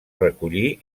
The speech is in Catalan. recollir